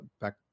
back